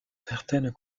certaines